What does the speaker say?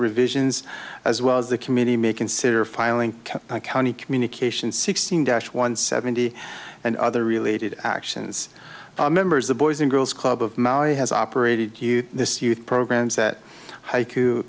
revisions as well as the committee may consider filing county communication sixteen dash one seventy and other related actions members the boys and girls club of maui has operated this youth programs that